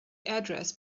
address